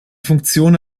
funktion